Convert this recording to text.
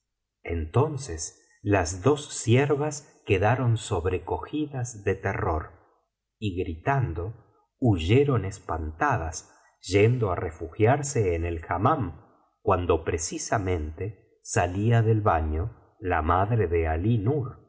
entonces lasaos siervas quedaron sobrecogidas de terror y gritando huyeron espantadas yendo á refugiarse en el hammam cuando precisamente salía del baño la madre de